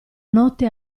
notte